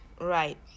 right